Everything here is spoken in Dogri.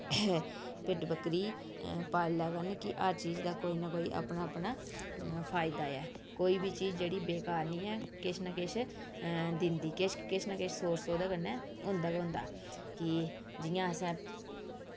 भिड्ड बक्करी पाली लै करन कि हर चीज़ दा कोई ना कोई अपना अपना फायदा ऐ कोई बी चीज़ जेह्ड़ी बेकार नी ऐ किश न किश दिंदी किश न किश सोर्स ओह्दे कन्नै होंदा गै होंदा कि जियां असें